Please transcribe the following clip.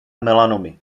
melanomy